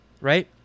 right